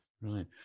Right